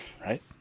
right